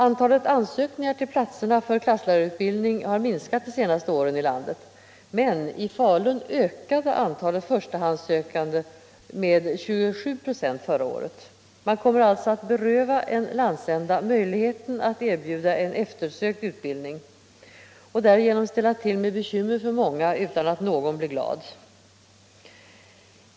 Antalet ansökningar till platserna för klasslärarutbildning i landet har minskat de senaste åren, men i Falun ökade antalet förstahandssökande med 27 96 förra året. Man kommer alltså att beröva en landsända möjligheten att erbjuda en eftersökt utbildning och därigenom ställa till med bekymmer för många utan att någon blir glad.